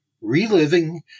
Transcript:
Reliving